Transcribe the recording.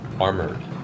armored